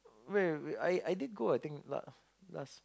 wait wait I I did go I think last last